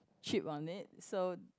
chipped on it so